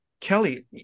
Kelly